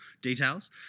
Details